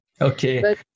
Okay